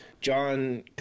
John